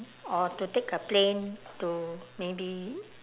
or to take a plane to maybe